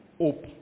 hope